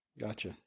Gotcha